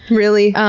really?